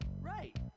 Right